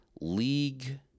league